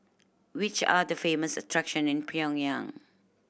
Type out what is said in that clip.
which are the famous attraction in Pyongyang